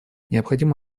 необходимо